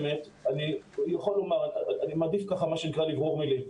אני חייב לומר שאני מעדיף לברור מילים.